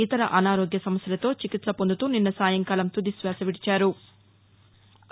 ఇతర అనారోగ్య సమస్యలతో చికిత్స పొందుతూ నిన్నసాయంకాలం తుదిశ్వాస విడిచారు